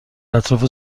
اهداف